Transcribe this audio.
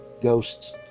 ghosts